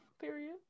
period